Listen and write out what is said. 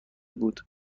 بود